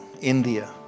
India